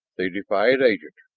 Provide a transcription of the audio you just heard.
the defiant agents,